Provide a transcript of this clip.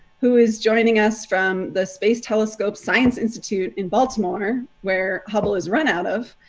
who is joining us from the space telescope science institute in baltimore, where hubble has run out of.